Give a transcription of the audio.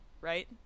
right